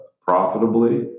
profitably